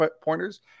pointers